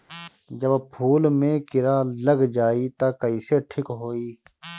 जब फूल मे किरा लग जाई त कइसे ठिक होई?